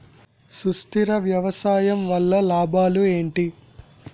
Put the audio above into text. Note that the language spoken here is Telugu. సుస్థిర వ్యవసాయం వల్ల లాభాలు ఏంటి?